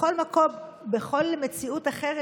בכל מציאות אחרת,